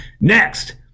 Next